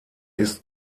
ist